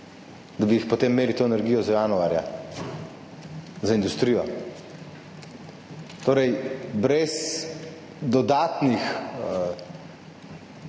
da bi potem imeli to energijo januarja za industrijo. Torej, brez dodatnih